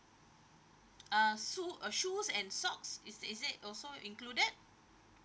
uh uh shoes and socks is is it also included